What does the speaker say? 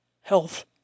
health